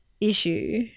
issue